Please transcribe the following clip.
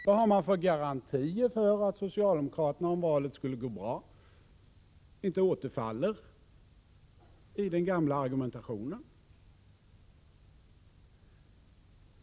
Vad finns det för garantier för att socialdemokraterna — om valet skulle gå bra — inte återfaller i den gamla argumentationen?